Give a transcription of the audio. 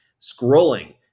scrolling